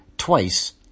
twice